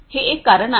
हे एक कारण आहे